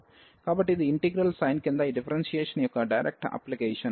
కాబట్టి ఇది integral sign కింద ఈ డిఫరెన్షియేషన్ యొక్క డైరెక్ట్ అప్లికేషన్